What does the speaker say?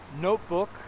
notebook